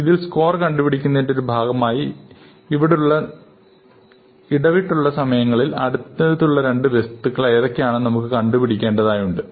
ഇതിൽ സ്കോർ കണ്ടുപിടിക്കുന്നതിന്റെ ഒരു ഭാഗമായി ഇടവിട്ടുള്ള സമയങ്ങളിൽ അടുത്തടുത്തുള്ള രണ്ടു വസ്തുക്കൾ ഏതൊക്കെയാണെന്ന് നമുക്ക് കണ്ടുപിടിക്കേണ്ടതായുണ്ട്